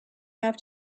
have